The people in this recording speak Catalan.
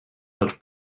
dels